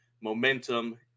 momentum